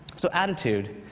so attitude